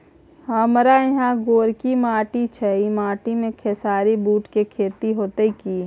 हमारा यहाँ गोरकी माटी छै ई माटी में खेसारी, बूट के खेती हौते की?